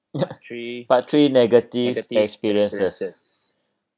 part three negative experiences